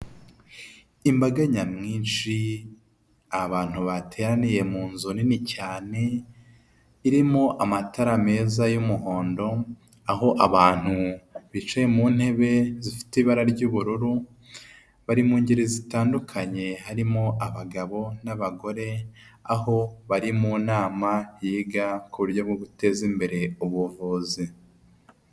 Imbaga nyamwinshi abantu bateraniye mu nzu nini cyane irimo amatara meza y'umuhondo, aho abantu bicaye mu ntebe zifite ibara ry'ubururu bari mu ngeri zitandukanye harimo abagabo n'abagore, aho bari mu nama yiga k'uburyo bwo guteza imbere ubuvuzi.